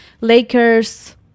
Lakers